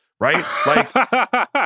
Right